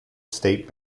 state